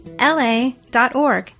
la.org